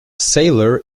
sailor